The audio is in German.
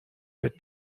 wird